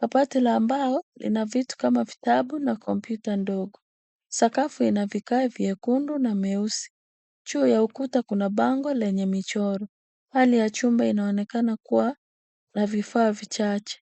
Kabati la mbao lina vitu kama vitabu na computer ndogo. Sakafu ina vigae vyekundu na meusi. Juu ya ukuta kuna bango lenye michoro. Hali ya chumba inaonekana kuwa na vifaa vichache.